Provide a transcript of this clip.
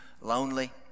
lonely